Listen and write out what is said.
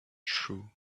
true